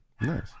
Nice